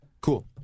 Cool